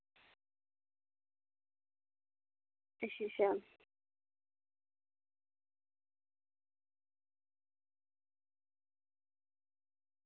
अच्छा अच्छा